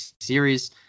series